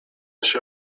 się